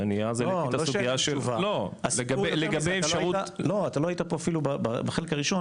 לא היית פה בחלק הראשון.